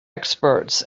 experts